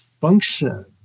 function